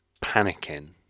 panicking